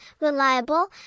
reliable